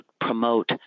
promote